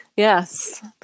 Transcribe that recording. Yes